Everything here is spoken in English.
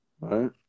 right